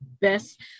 best